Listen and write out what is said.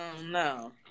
No